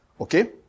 Okay